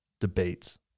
debates